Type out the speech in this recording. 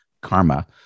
karma